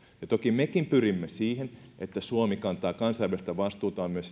toki mekin pyrimme siihen että suomi kantaa kansainvälistä vastuutaan myös